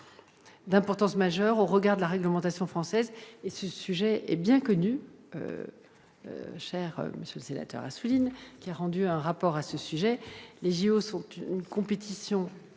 d'importance majeure au regard de la réglementation française. Ce sujet est bien connu de votre collègue David Assouline, qui a rendu un rapport à ce sujet. Les JO sont une compétition